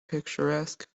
picturesque